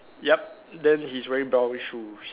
yup then he's wearing brown shoes